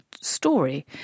story